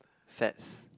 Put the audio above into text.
fats